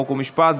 חוק ומשפט.